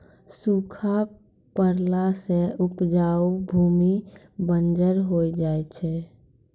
सूखा पड़ला सें उपजाऊ भूमि बंजर होय जाय छै